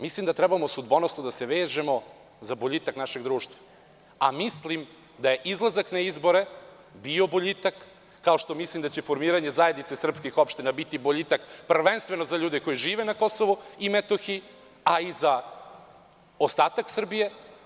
Mislim da trebamo sudbonosno da se vežemo za boljitak našeg društva, a mislim da je izlazak na izbore bio boljitak, kao što mislim da će formiranje zajednice srpskih opština biti boljitak, prvenstveno za ljude koji žive na Kosovu i Metohiji, a i za ostatak Srbije.